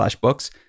books